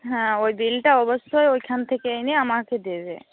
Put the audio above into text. হ্যাঁ ওই বিলটা অবশ্যই ওখান থেকে এনে আমাকে দেবে